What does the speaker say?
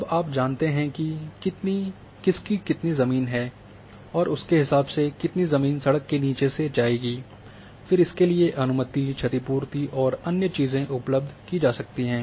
अब आप जानते हैं किसकी कितनी जमीन है और उसके हिसाब से कितनी ज़मीन सड़क के नीचे से जाएगी फिर इसके लिए अनुमति क्षतिपूर्ति और अन्य चीजें उपलब्ध की जा सकती हैं